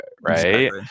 right